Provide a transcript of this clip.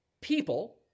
people